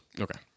Okay